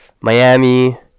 Miami